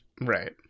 right